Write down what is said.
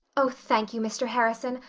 oh, thank you, mr. harrison.